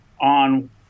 on